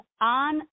On